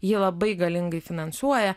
jį labai galingai finansuoja